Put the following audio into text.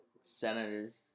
Senators